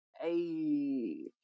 hey